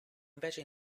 invece